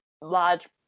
large